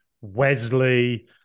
Wesley